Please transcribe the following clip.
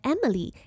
Emily